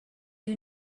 you